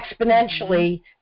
exponentially